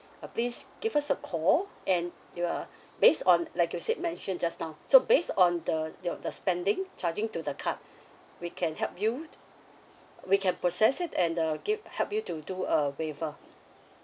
uh please give us a call and you're based on like you said mentioned just now so based on the you know the spending charging to the card we can help you we can process it and the give help you to do a waiver